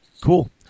Cool